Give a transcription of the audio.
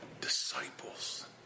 disciples